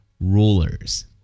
rulers